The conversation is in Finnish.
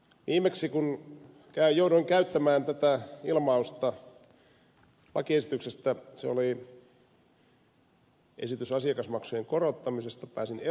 viimeksi kun jouduin käyttämään tätä ilmausta lakiesityksestä se oli esitys asiakasmaksujen korottamisesta pääsin elokuvaan